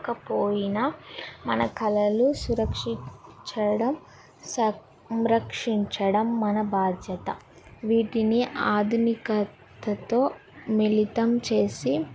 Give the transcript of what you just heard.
పకపోయినా మన కళలు సురక్షించడం సంరక్షించడం మన బాధ్యత వీటిని ఆధునికతతో మిళితం చేసి